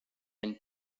and